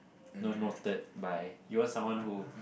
no noted by even someone who